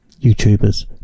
YouTubers